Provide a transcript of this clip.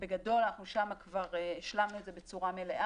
בגדול, אנחנו שם כבר השלמנו את זה בצורה מלאה.